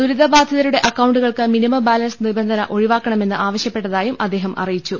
ദുരിതബാധിതരുടെ അക്കൌണ്ടുകൾക്ക് minimum balance നിബന്ധന ഒഴിവാക്കണമെന്ന് ആവശ്യപ്പെട്ടതായും അദ്ദേഹം അറിയിച്ചു